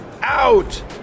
out